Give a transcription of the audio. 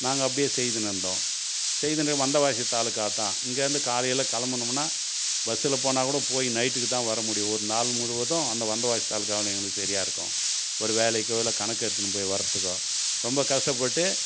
நாங்கள் அப்படியே செய்தின்னுடிருந்தோம் செய்தின்னு வந்தவாசி தாலுக்கா தான் இங்கேருந்து காலையில் கிளம்புனோம்ன்னா பஸ்ஸில் போனாக்கூட போய் நைட்டுக்கு தான் வரமுடியும் ஒரு நாள் முழுவதும் அந்த வந்தவாசி தாலுக்கா தான் எங்களுக்கு சரியாருக்கும் ஒரு வேலைக்கோ இல்லை கணக்கெடுத்துன்னு போய் வரத்துக்கோ ரொம்ப கஷ்டப்பட்டு